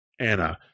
Anna